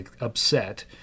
upset